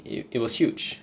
it it was huge